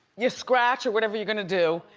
you scratch or whatever you're gonna do,